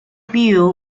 beal